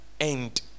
end